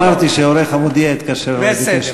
אמרתי שעורך "המודיע" התקשר אלי וביקש,